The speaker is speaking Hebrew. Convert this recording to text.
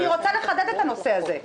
אני רוצה לחדד את הנושא הזה.